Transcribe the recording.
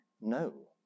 no